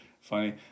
funny